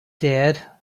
dead